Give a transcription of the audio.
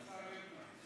השר אלקין,